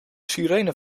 sirene